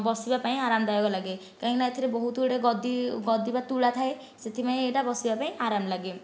ବସିବା ପାଇଁ ଆରମଦାୟକ ଲାଗେ କାହିଁକି ନା ଏଥିରେ ବହୁତ ଗୁଡ଼ାଏ ଗଦି ବା ତୁଳା ଥାଏ ସେଥିପାଇଁ ଏଇଟା ବସିବା ପାଇଁ ଆରମ ଲାଗେ